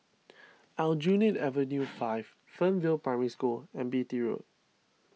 Aljunied Avenue five Fernvale Primary School and Beatty Road